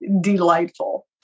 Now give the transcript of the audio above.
delightful